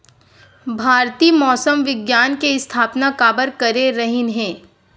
भारती मौसम विज्ञान के स्थापना काबर करे रहीन है?